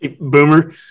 boomer